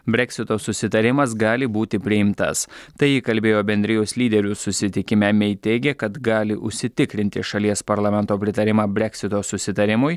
breksito susitarimas gali būti priimtas tai ji kalbėjo bendrijos lyderių susitikime mei teigė kad gali užsitikrinti šalies parlamento pritarimą breksito susitarimui